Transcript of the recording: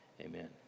Amen